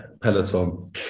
Peloton